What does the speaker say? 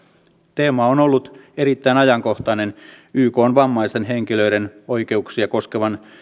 teema on ollut erittäin ajankohtainen ykn vammaisten henkilöiden oikeuksia koskevan